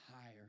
higher